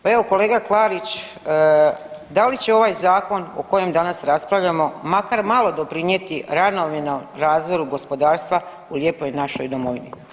Pa evo kolega Klarić, da li će ovaj zakon o kojem danas raspravljamo makar malo doprinijeti ravnomjernom razvoju gospodarstva u lijepoj našoj domovini?